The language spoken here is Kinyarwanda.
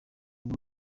ubu